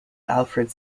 alfred